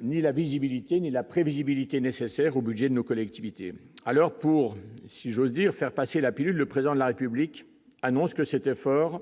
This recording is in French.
ni la visibilité ni la prévisibilité nécessaire au budget de nos collectivités alors pour, si j'ose dire, faire passer la pilule, le président de la République annonce que c'était fort